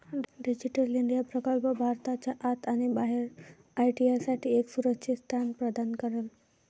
digital India प्रकल्प भारताच्या आत आणि बाहेर आय.टी साठी एक सुरक्षित स्थान प्रदान करेल